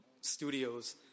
studios